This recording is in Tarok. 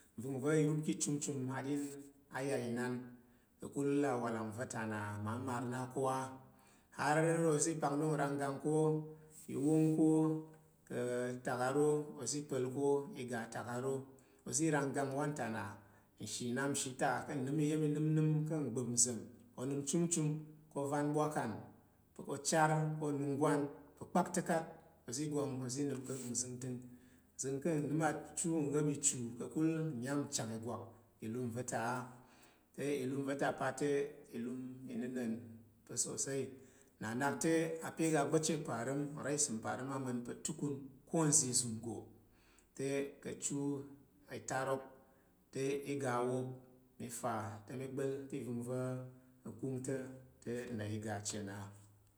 Nva̱ngva̱ irup ka̱ ichumchum aɗin aya inan ka̱kul awalang va̱ta na ma mar na ko a har- oza̱ pak nok nra nganggang ko i wa n ko ka̱tak aro oza̱ pal ko iga ata ka̱ ro oza̱ ra ngga nwanta na nshi nnap nshi ta ka̱ nəm iya̱m təm nəm ka̱ nban nzhi onəm chumchum ko ovan bwakan ko chen ko onungwan pa̱ kpaktəkat oza̱ gwang oza̱ nəm ka̱ na zəng nzəng ka̱ nəm achu wop ichu ka̱kul nyam nchang ìgwak ka̱ lum va̱ta- a te ilum vata pate ilum izəng pa̱ sosai na nak te a pye pye ga gbapchi aparəm nra isəm aparəm ama̱n pa̱ atukun ko nza̱ izun nggo te ka̱ chu atarok te i ga wop mi fa te mi bal ka̱ va̱ngva̱ nkong to te nna iga chen a.